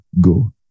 Go